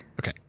Okay